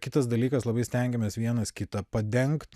kitas dalykas labai stengiamės vienas kitą padengt